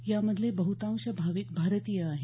यामधले बह्तांश भाविक भारतीय आहेत